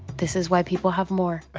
this is why people have more